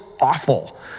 awful